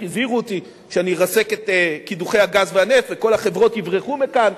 איך הזהירו אותי שאני ארסק את קידוחי הגז והנפט וכל החברות יברחו מכאן.